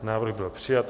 Návrh byl přijat.